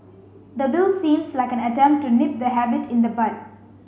the bill seems like an attempt to nip the habit in the bud